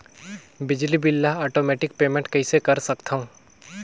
बिजली बिल ल automatic payment कइसे कर सकथव?